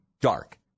dark